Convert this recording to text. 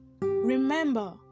Remember